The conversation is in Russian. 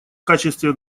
качестве